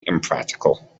impractical